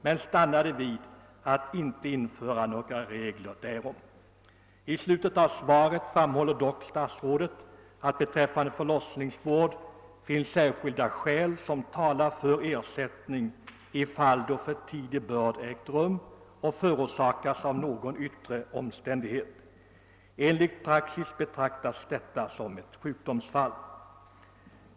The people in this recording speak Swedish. Man stannade vid att inte införa några regler därom. I slutet av svaret framhåller dock statsrådet att beträffande förlossningsvård finns särskilda skäl som talar för ersättning i fall då för tidig börd ägt rum och förorsakats av någon yttre omständighet. Enligt praxis betraktas detta som sjukdomsfall.